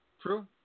True